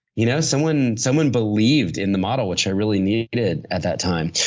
you know someone someone believed in the model, which i really needed at that time.